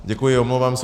Děkuji, omlouvám se.